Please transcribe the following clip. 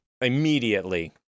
immediately